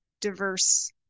diverse